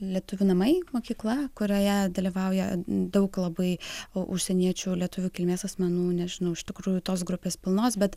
lietuvių namai mokykla kurioje dalyvauja daug labai o užsieniečių lietuvių kilmės asmenų nežinau iš tikrųjų tos grupės pilnos bet